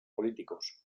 políticos